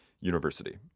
University